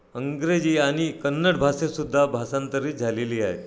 इंग्रजी आणि कन्नड भाषेतसुद्धा भाषांतरित झालेली आहे